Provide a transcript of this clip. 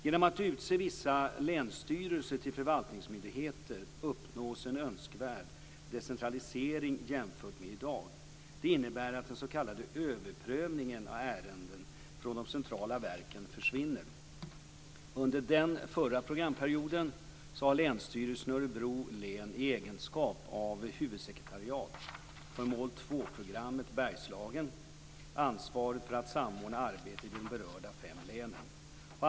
Genom att utse vissa länsstyrelser till förvaltningsmyndigheter uppnås en önskvärd decentralisering jämfört med i dag. Det innebär att den s.k. överprövningen av ärenden från de centrala verken försvinner. Under den förra programperioden har Länsstyrelsen i Örebro län i egenskap av huvudsekretariat för mål 2-programmet Bergslagen haft ansvaret för att samordna arbetet i de berörda fem länen.